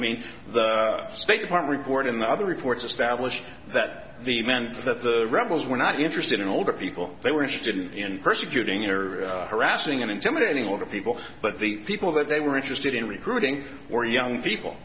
mean the state department board in the other reports established that the event that the rebels were not interested in older people they were interested in persecuting and harassing and intimidating a lot of people but the people that they were interested in recruiting for young people